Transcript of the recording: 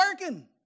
working